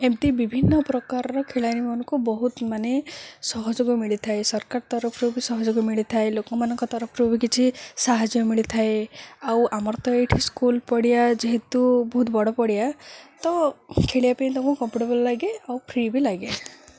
ଏମିତି ବିଭିନ୍ନ ପ୍ରକାରର ଖେଳାଳୀମାନାନଙ୍କୁ ବହୁତ ମାନେ ସହଯୋଗ ମିଳିଥାଏ ସରକାର ତରଫରୁ ବି ସହଯୋଗ ମିଳିଥାଏ ଲୋକମାନଙ୍କ ତରଫରୁ ବି କିଛି ସାହାଯ୍ୟ ମିଳିଥାଏ ଆଉ ଆମର ତ ଏଇଠି ସ୍କୁଲ୍ ପଡ଼ିଆ ଯେହେତୁ ବହୁତ ବଡ଼ ପଡ଼ିଆ ତ ଖେଳିବା ପାଇଁ ତାଙ୍କୁ କମ୍ଫର୍ଟେବୁଲ୍ ଲାଗେ ଆଉ ଫ୍ରୀ ବି ଲାଗେ